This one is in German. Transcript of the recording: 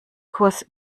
kurs